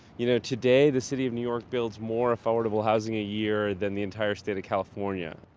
you know, today the city of new york builds more affordable housing a year than the entire state of california